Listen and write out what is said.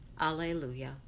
Alleluia